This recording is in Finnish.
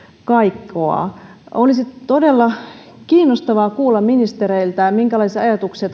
kaikkoaa olisi todella kiinnostavaa kuulla ministereiltä minkälaisia ajatuksia